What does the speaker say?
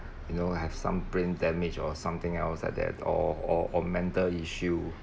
you know have some brain damage or something else that they or or or mental issue